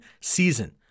season